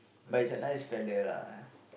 but he's a nice fella lah